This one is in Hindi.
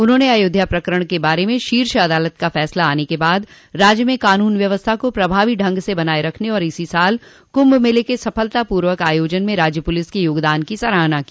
उन्होंने अयोध्या प्रकरण के बारे में शीर्ष अदालत का फैसला आने के बाद राज्य में कानून व्यवस्था को प्रभावी ढंग से बनाये रखने और इसी साल कुभ मेले के सफलता पूर्वक आयोजन में राज्य पुलिस के योगदान की सराहना की